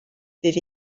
ddydd